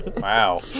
Wow